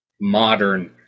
modern